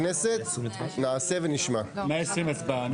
להעתקת התשתית הפסימית לא יעלה על פרק הזמן שנקבע בהודעת התשובה של